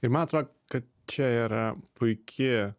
ir man atrodo kad čia yra puiki